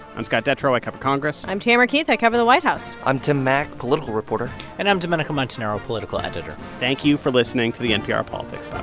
i'm scott detrow. cover congress i'm tamara keith. i cover the white house i'm tim mak, political reporter and i'm domenico montanaro, political editor thank you for listening to the npr politics